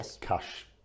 cash